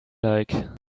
like